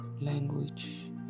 language